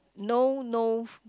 no no